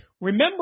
Remember